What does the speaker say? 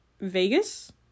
Vegas